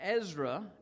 Ezra